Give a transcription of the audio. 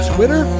Twitter